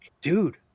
dude